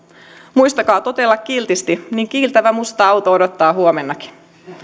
muistakaa totella kiltisti niin kiiltävä musta auto odottaa huomennakin